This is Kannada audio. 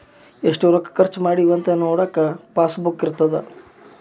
ಎಷ್ಟ ರೊಕ್ಕ ಖರ್ಚ ಮಾಡಿವಿ ಅಂತ ನೋಡಕ ಪಾಸ್ ಬುಕ್ ಇರ್ತದ